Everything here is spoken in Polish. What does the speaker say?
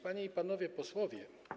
Panie i Panowie Posłowie!